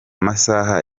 masaha